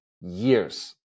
years